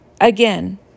Again